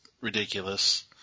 ridiculous